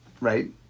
right